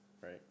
right